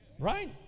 Right